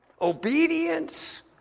obedience